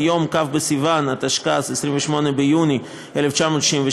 מיום כ' בסיוון התשכ"ז (28 ביוני 1967),